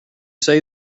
say